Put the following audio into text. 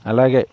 అలాగే